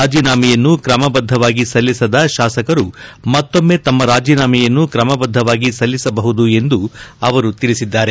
ರಾಜೀನಾಮೆಯನ್ನು ಕ್ರಮಬದ್ಧವಾಗಿ ಸಲ್ಲಿಸದ ಶಾಸಕರು ಮತ್ತೊಮ್ಮೆ ತಮ್ಮ ರಾಜೀನಾಮೆಯನ್ನು ಕ್ರಮಬದ್ಧವಾಗಿ ಸಲ್ಲಿಸ ಬಹುದು ಎಂದು ತಿಳಿಸಿದ್ದಾರೆ